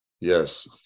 Yes